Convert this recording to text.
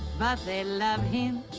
but they love him.